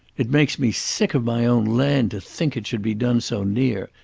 it makes me sick of my own land, to think it should be done so near,